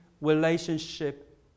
relationship